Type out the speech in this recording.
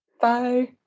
Bye